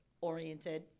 oriented